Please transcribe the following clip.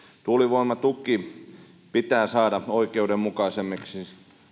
tuulivoimatuki pitää saada oikeudenmukaisemmaksi